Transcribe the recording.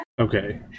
Okay